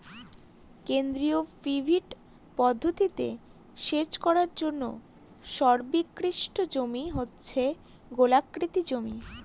কেন্দ্রীয় পিভট পদ্ধতিতে সেচ করার জন্য সর্বোৎকৃষ্ট জমি হচ্ছে গোলাকৃতি জমি